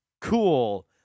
Cool